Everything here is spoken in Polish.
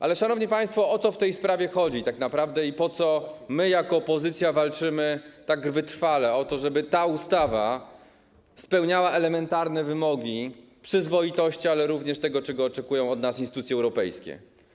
Ale, szanowni państwo, o co w tej sprawie tak naprawdę chodzi i po co my jako opozycja tak wytrwale walczymy o to, żeby ta ustawa spełniała elementarne wymogi przyzwoitości, ale również tego, czego oczekują od nas instytucje europejskie?